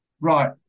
right